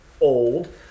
old